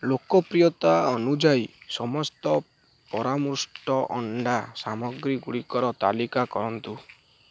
ଲୋକପ୍ରିୟତା ଅନୁଯାୟୀ ସମସ୍ତ ପରାମୃଷ୍ଟ ଅଣ୍ଡା ସାମଗ୍ରୀଗୁଡ଼ିକର ତାଲିକା କରନ୍ତୁ